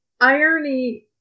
Irony